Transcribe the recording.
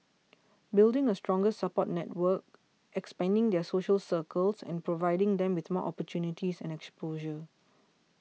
building a stronger support network expanding their social circles and providing them with more opportunities and exposure